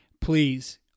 Please